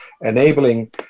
enabling